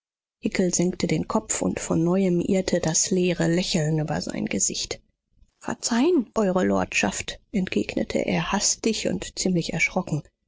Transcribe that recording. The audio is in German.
senkte den kopf und von neuem irrte das leere lächeln über sein gesicht verzeihen eure lordschaft entgegnete er hastig und ziemlich erschrocken